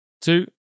two